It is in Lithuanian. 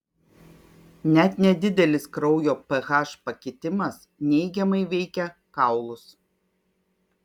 net nedidelis kraujo ph pakitimas neigiamai veikia kaulus